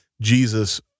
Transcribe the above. Jesus